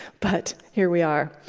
but here we are.